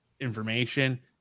information